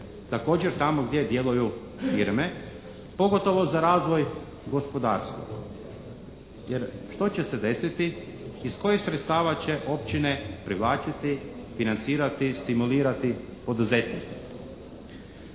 također tamo gdje djeluju firme pogotovo za razvoj gospodarstva jer što će se desiti, iz kojih sredstava će općine privlačiti, financirati, stimulirati poduzetnike?